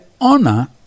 honor